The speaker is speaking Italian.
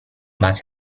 base